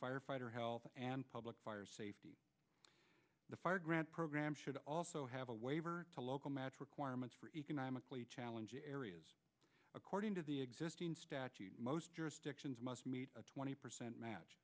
firefighters and public fire safety the fire grant program should also have a waiver to local match requirements for economically challenging areas according to the existing statute most jurisdictions must meet a twenty percent match